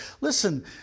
Listen